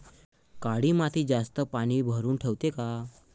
काळी माती जास्त पानी धरुन ठेवते का?